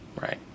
Right